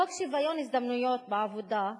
חוק שוויון ההזדמנויות בעבודה,